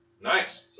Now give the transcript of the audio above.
Nice